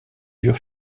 durs